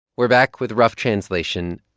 we're back with rough translation,